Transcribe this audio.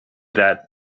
that